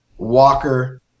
Walker